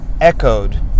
echoed